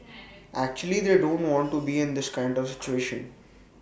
actually they don't want to be in this kind of situation